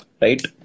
right